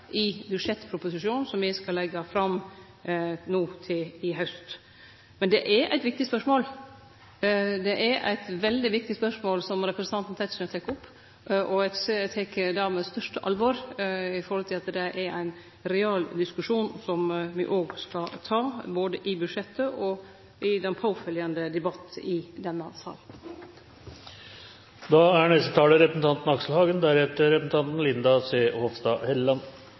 i budsjettproposisjonen som me skal leggje fram no i haust. Men det er eit viktig spørsmål – det er eit veldig viktig spørsmål som representanten Tetzschner tek opp – og eg tek det med det største alvor med omsyn til at det er ein realdiskusjon som me òg skal ta, både i budsjettet og i den påfølgjande debatten i denne